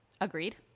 Agreed